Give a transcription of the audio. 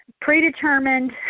predetermined